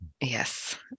Yes